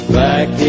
back